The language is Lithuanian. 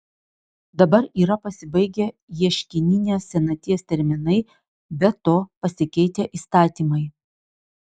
dabar yra pasibaigę ieškininės senaties terminai be to pasikeitę įstatymai